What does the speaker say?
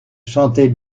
chantait